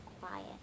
quiet